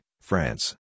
France